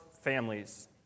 families